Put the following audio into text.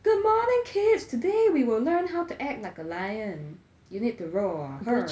good morning kids today we will learn how to act like a lion you need to roar grr